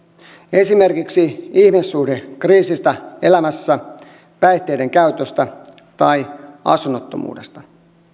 esimerkiksi ihmissuhdekriisistä elämässä päihteiden käytöstä tai asunnottomuudesta